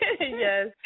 Yes